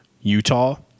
Utah